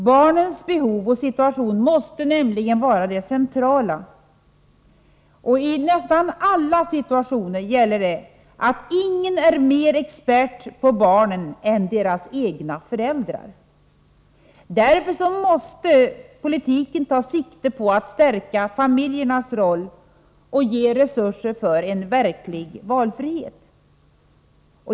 Barnens behov och situation måste nämligen vara det centrala. I nästan alla situationer gäller det att ingen är mera expert på barnen än deras egna föräldrar. Därför måste politiken ta sikte på att stärka familjernas roll och ge resurser till en verklig valfrihet.